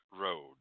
road